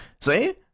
See